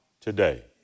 today